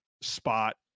spot